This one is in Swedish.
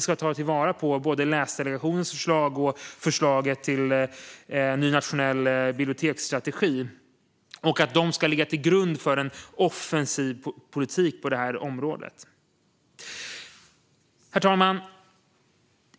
ska ta vara på både Läsdelegationens förslag och förslaget till ny nationell biblioteksstrategi. De ska ligga till grund för en offensiv politik på detta område. Herr ålderspresident!